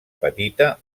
petita